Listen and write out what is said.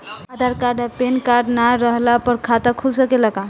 आधार card आ PAN card ना रहला पर खाता खुल सकेला का?